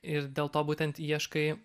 ir dėl to būtent ieškai